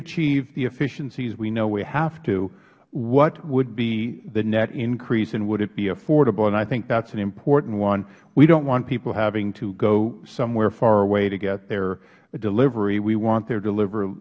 achieve the efficiencies we know we have to what would be the net increase and would be affordable and i think that is an important one we dont want people having to go somewhere far away to get their delivery we want their deliver